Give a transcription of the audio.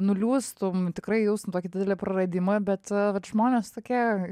nuliūstum tikrai jaustum tokį didelį praradimą bet vat žmonės tokie